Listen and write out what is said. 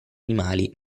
animali